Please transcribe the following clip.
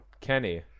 Kenny